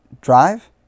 drive